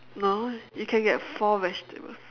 no you can get four vegetables